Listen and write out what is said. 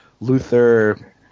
Luther